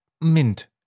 mint